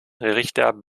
richter